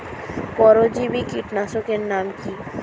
পরজীবী কীটনাশকের নাম কি?